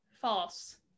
False